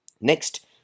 Next